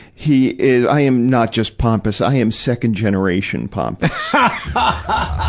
he is, i am not just pompous i am second-generation pompous. but